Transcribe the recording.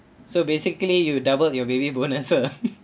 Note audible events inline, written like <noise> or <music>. so basically you double your baby bonus ah <laughs>